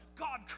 God